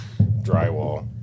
Drywall